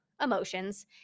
emotions